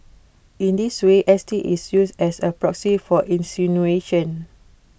in this way S T is used as A proxy for insinuation